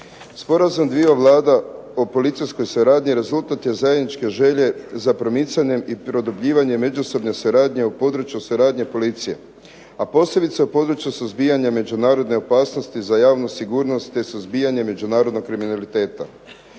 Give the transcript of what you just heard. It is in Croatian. Sporazum dviju vlada o policijskog suradnji rezultat je zajedničke želje za promicanjem i produbljivanjem međusobne suradnje u području suradnje policije, a posebice u području suzbijanja međunarodne opasnosti za javnu sigurnost te suzbijanje međunarodnog kriminaliteta.